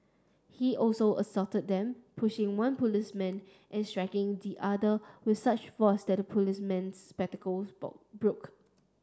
he also assaulted them pushing one policeman and striking the other with such force that the policeman's spectacles boll broke